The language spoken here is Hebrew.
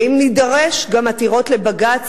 ואם נידרש גם עתירות לבג"ץ,